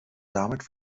damit